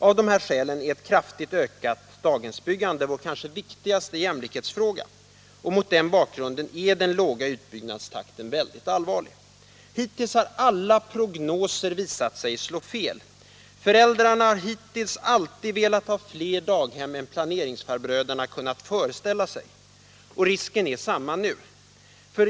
Av dessa skäl är ett kraftigt ökat daghemsbyggande vår kanske viktigaste jämlikhetsfråga. Mot den bakgrunden är den låga utbyggnadstakten speciellt allvarlig. Hittills har alla prognoser visat sig slå fel. Föräldrarna har hittills alltid velat ha fler daghem än planeringsfarbröderna kunnat föreställa sig. Risken är densamma nu.